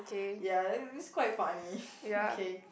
ya it it's quite funny okay